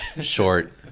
short